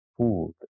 food